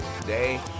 Today